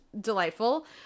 delightful